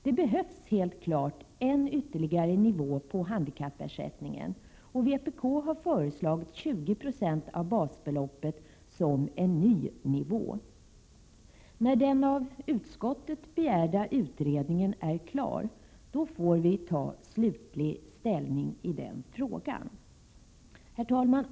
Det behövs helt klart en ytterligare nivå på handikappersättningen, och vpk har föreslagit 20 90 av basbeloppet som en ny nivå. När den av utskottet begärda utredningen är klar får vi ta slutlig ställning i den frågan. Herr talman!